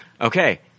Okay